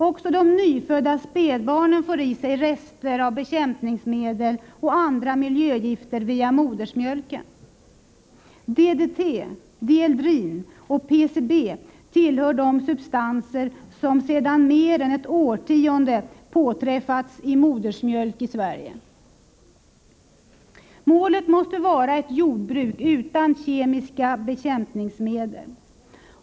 Också de nyfödda spädbarnen får i sig rester av bekämpningsmedel och andra miljögifter via modersmjölken. DDT, dieldrin och PCB hör till de substanser som sedan mer än ett årtionde påträffats i modersmjölk i Sverige. Målet måste vara ett jordbruk utan kemiska bekämpningsmedel.